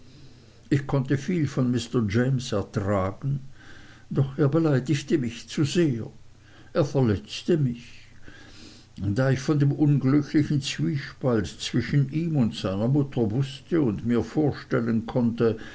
ich konnte viel von mr james ertragen doch er beleidigte mich zu sehr er verletzte mich da ich von dem unglücklichen zwiespalt zwischen ihm und seiner mutter wußte und mir vorstellen konnte